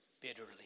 Bitterly